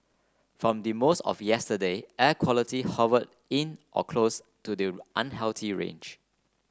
from the most of yesterday air quality hover in or close to the unhealthy range